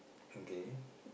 okay